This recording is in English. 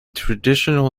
traditional